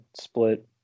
split